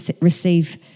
receive